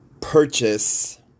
purchase